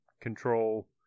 control